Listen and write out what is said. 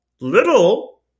little